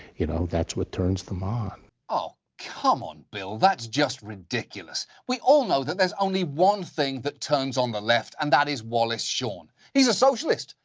you know, that's what turns them on. oh, come on, bill. that's just ridiculous. we all know that there's only one thing that turns on the left, and that is wallace shawn. he's a socialist,